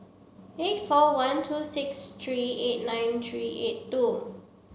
eight four one two six three eight nine three eight two